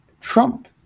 Trump